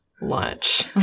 lunch